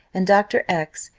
and dr. x,